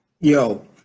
Yo